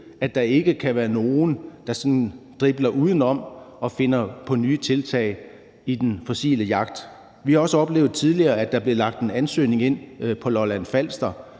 at der ikke kan være nogle, der sådan dribler udenom og finder på nye tiltag i den fossile jagt. Vi har også oplevet tidligere, at der blev lagt en ansøgning ind på Lolland Falster,